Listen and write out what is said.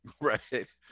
Right